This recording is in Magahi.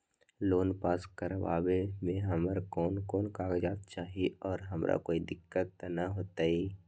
लोन पास करवावे में हमरा कौन कौन कागजात चाही और हमरा कोई दिक्कत त ना होतई?